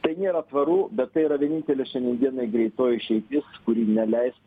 tai nėra tvaru bet tai yra vienintelė šiandien dienai greitoji išeitis kuri neleis